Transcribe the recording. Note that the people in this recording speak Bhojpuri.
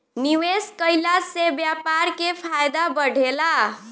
निवेश कईला से व्यापार के फायदा बढ़ेला